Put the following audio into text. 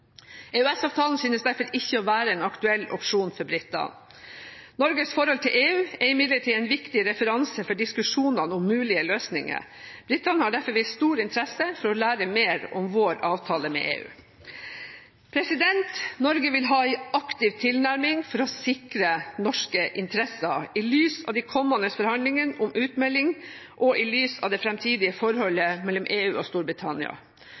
synes derfor ikke å være en aktuell opsjon for britene. Norges forhold til EU er imidlertid en viktig referanse for diskusjonene om mulige løsninger. Britene har derfor vist stor interesse for å lære mer om vår avtale med EU. Norge vil ha en aktiv tilnærming for å sikre norske interesser i lys av de kommende forhandlingene om utmelding og i lys av det framtidige forholdet mellom EU og Storbritannia. Arbeidet med å fremme våre synspunkter overfor EU og Storbritannia